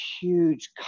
huge